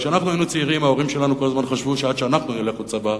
כשאנחנו היינו צעירים ההורים שלנו כל הזמן חשבו שעד שאנחנו נלך לצבא,